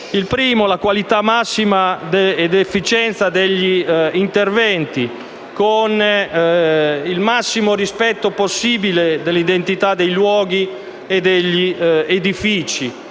Il primo è la qualità massima dell'efficienza degli interventi, con il massimo rispetto possibile dell'identità dei luoghi e degli edifici.